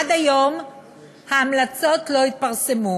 עד היום ההמלצות לא התפרסמו.